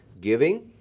giving